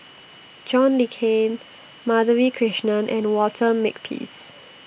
John Le Cain Madhavi Krishnan and Walter Makepeace